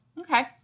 Okay